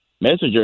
messenger